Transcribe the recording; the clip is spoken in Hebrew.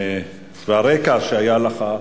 והרקע שהיה לך,